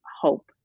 hope